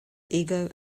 ego